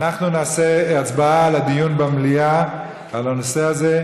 נעשה הצבעה על דיון במליאה בנושא הזה.